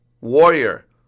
Warrior